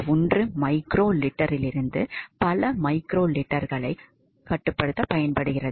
1 மைக்ரோ லிட்டரிலிருந்து பல மைக்ரோலிட்டர்களைக் கட்டுப்படுத்தப் பயன்படுகிறது